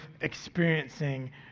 experiencing